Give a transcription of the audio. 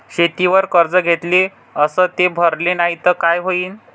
शेतीवर कर्ज घेतले अस ते भरले नाही तर काय होईन?